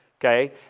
okay